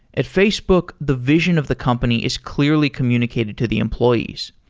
at facebook, the vision of the company is clearly communicated to the employees.